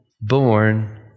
born